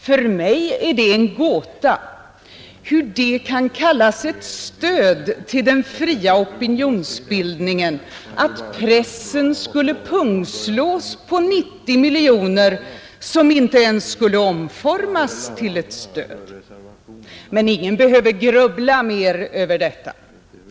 För mig är det en gåta hur det kan kallas stöd till den fria opinionsbildningen att pressen skulle pungslås på 90 miljoner som inte ens skulle omformas till ett stöd. Men ingen behöver grubbla mer över detta.